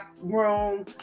room